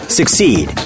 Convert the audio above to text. succeed